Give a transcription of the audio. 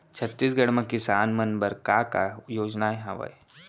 छत्तीसगढ़ म किसान मन बर का का योजनाएं हवय?